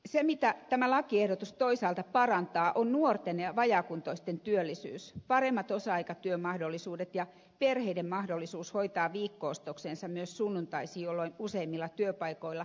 se mitä tämä lakiehdotus toisaalta parantaa on nuorten ja vajaakuntoisten työllisyys paremmat osa aikatyömahdollisuudet ja perheiden mahdollisuus hoitaa viikko ostoksensa myös sunnuntaisin jolloin useimmilla työpaikoilla on vapaapäivä